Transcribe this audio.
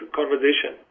conversation